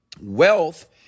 wealth